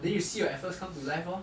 then you see your efforts come to live lor